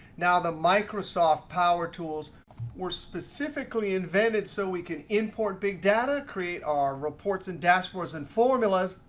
now, the microsoft power tools were specifically invented so we can import big data, create our reports and dashboards and formulas,